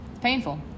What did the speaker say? Painful